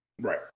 Right